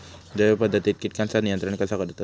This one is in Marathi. जैव पध्दतीत किटकांचा नियंत्रण कसा करतत?